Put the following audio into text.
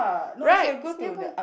right is nearby